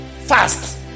fast